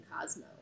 Cosmo